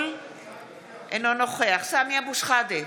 (קוראת בשמות חברי הכנסת) סמי אבו שחאדה,